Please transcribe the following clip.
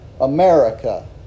America